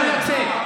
נא לצאת.